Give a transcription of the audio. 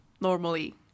normally